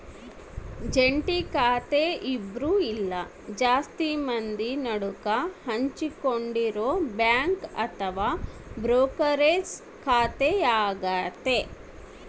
ಜಂಟಿ ಖಾತೆ ಇಬ್ರು ಇಲ್ಲ ಜಾಸ್ತಿ ಮಂದಿ ನಡುಕ ಹಂಚಿಕೊಂಡಿರೊ ಬ್ಯಾಂಕ್ ಅಥವಾ ಬ್ರೋಕರೇಜ್ ಖಾತೆಯಾಗತೆ